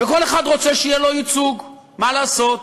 וכל אחד רוצה שיהיה לו ייצוג, מה לעשות.